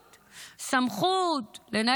סמכות בלי אחריות?